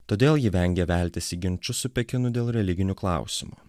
todėl ji vengia veltis į ginčus su pekinu dėl religinių klausimų